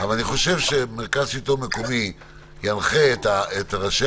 אבל אני חושב שמרכז השלטון המקומי ינחה את ראשי